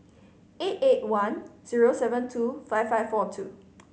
eight eight one zero seven two five five four two